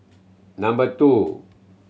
number two